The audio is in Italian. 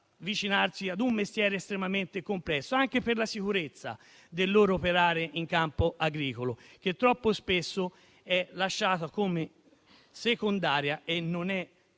avvicinarsi a un mestiere estremamente complesso, anche per la sicurezza del loro operare in campo agricolo, che troppo spesso è considerata secondaria, il che non è